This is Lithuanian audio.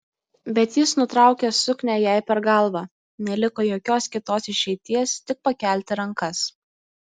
bet jis nutraukė suknią jai per galvą neliko jokios kitos išeities tik pakelti rankas